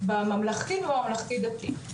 בממלכתי ובממלכתי דתי.